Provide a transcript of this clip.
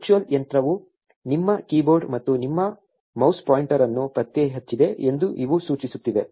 virtual ಯಂತ್ರವು ನಿಮ್ಮ keyboard ಮತ್ತು ನಿಮ್ಮ ಮೌಸ್ ಪಾಯಿಂಟರ್ ಅನ್ನು ಪತ್ತೆಹಚ್ಚಿದೆ ಎಂದು ಇವು ಸೂಚಿಸುತ್ತಿವೆ